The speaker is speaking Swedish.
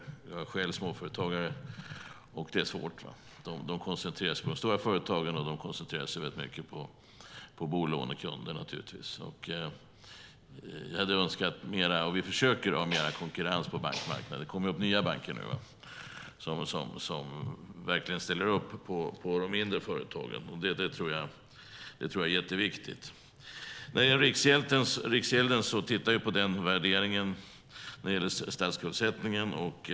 Jag är själv småföretagare, och det är svårt. Bankerna koncentrerar sig på de stora företagen och naturligtvis på bolånekunder. Jag hade önskat mer konkurrens på bankmarknaden, och vi försöker ha det. Det kommer nya banker nu som verkligen ställer upp på de mindre företagen. Det tror jag är jätteviktigt. När det gäller Riksgälden tittar vi på värderingen av statsskuldsättningen.